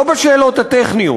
לא בשאלות הטכניות,